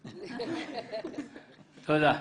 תודה.